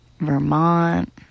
Vermont